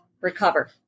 recover